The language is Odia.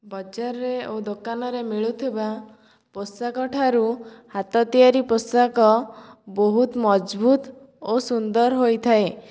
ବଜାରରେ ଆଉ ଦୋକାନରେ ମିଳୁଥିବା ପୋଷାକଠାରୁ ହାତ ତିଆରି ପୋଷାକ ବହୁତ ମଜବୁତ ଓ ସୁନ୍ଦର ହୋଇଥାଏ